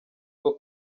bwo